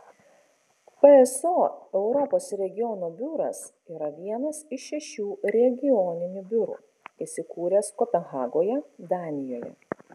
pso europos regiono biuras yra vienas iš šešių regioninių biurų įsikūręs kopenhagoje danijoje